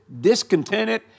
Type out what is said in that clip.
discontented